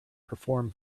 perform